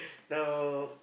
now